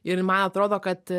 ir man atrodo kad